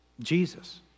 Jesus